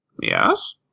Yes